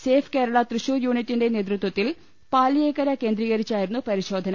safe Kerala Thrissur യൂണിറ്റിന്റെ നേതൃത്വത്തിൽ പാലിയേക്കർ കേന്ദ്രീകരിച്ചായിരുന്നു പരിശോധന